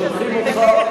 שולחים אותך,